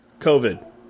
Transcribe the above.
COVID